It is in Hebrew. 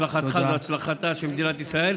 הצלחתך זו הצלחתה של מדינת ישראל,